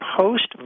post